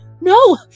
No